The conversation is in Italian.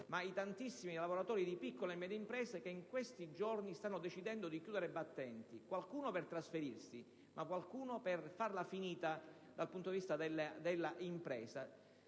i tantissimi dipendenti di piccole e medie imprese che in questi giorni stanno decidendo di chiudere i battenti, qualcuno per trasferirsi e qualcun altro per farla finita dal punto di vista dell'attività